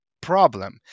problem